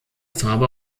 farbe